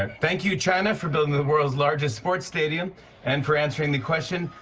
ah thank you, china, for building the world's largest sports stadium and for answering the question,